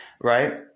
right